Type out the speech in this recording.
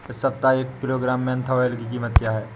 इस सप्ताह एक किलोग्राम मेन्था ऑइल की कीमत क्या है?